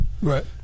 Right